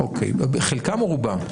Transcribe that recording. חלקם או רובם?